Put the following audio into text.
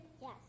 Yes